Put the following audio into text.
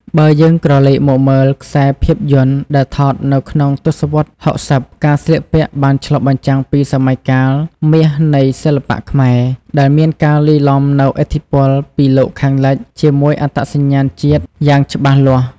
បើយើងក្រឡេកមកមើលខ្សែភាពយន្តដែលថតនៅក្នុងទស្សវត្ស៦០ ការស្លៀកពាក់បានឆ្លុះបញ្ចាំងពីសម័យកាលមាសនៃសិល្បៈខ្មែរ ដែលមានការលាយឡំនូវឥទ្ធិពលពីលោកខាងលិចជាមួយអត្តសញ្ញាណជាតិយ៉ាងច្បាស់លាស់។